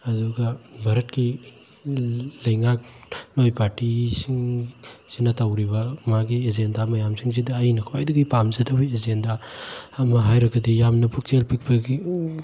ꯑꯗꯨꯒ ꯚꯥꯔꯠꯀꯤ ꯂꯩꯉꯥꯛꯂꯣꯏ ꯄꯥꯔꯇꯤꯁꯤꯡꯁꯤꯅ ꯇꯧꯔꯤꯕ ꯃꯥꯒꯤ ꯑꯦꯖꯦꯟꯗꯥ ꯃꯌꯥꯝꯁꯤꯡꯁꯤꯗ ꯑꯩꯅ ꯈ꯭ꯋꯥꯏꯗꯒꯤ ꯄꯥꯝꯖꯗꯕ ꯑꯦꯖꯦꯟꯗꯥ ꯑꯃ ꯍꯥꯏꯔꯒꯗꯤ ꯌꯥꯝꯅ ꯄꯨꯛꯆꯦꯜ ꯄꯤꯛꯄꯒꯤ